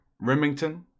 Remington